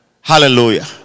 Hallelujah